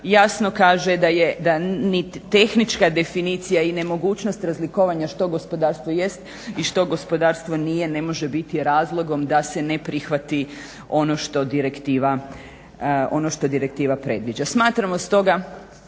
jasno kaže da ni tehnička definicija i nemogućnost razlikovanja što gospodarstvo jest i što gospodarstvo nije ne može biti razlogom da se ne prihvati ono što direktiva predviđa. Smatramo stoga